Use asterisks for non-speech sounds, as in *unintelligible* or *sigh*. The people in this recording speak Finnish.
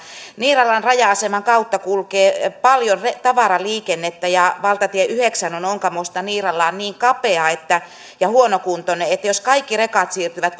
niiralan raja aseman kautta kulkee paljon tavaraliikennettä ja valtatie yhdeksän on onkamosta niiralaan niin kapea ja huonokuntoinen että jos kaikki rekat siirtyvät *unintelligible*